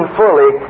fully